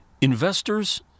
investors